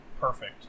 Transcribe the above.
perfect